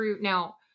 now